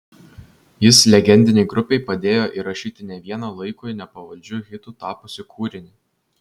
jis legendinei grupei padėjo įrašyti ne vieną laikui nepavaldžiu hitu tapusį kūrinį